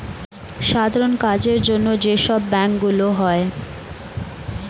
সাধারণ কাজের জন্য যে সব ব্যাংক গুলো হয়